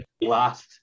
last